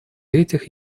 этих